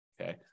Okay